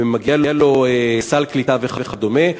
ומגיע לו סל קליטה וכדומה.